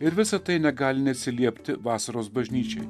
ir visa tai negali neatsiliepti vasaros bažnyčiai